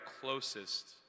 closest